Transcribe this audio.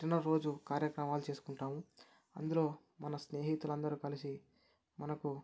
పుట్టిన రోజు కార్యక్రమాలు చేసుకుంటాము అందులో మన స్నేహితులందరు కలిసి మనకు